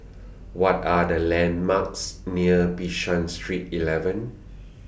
What Are The landmarks near Bishan Street eleven